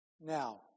Now